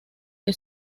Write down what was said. que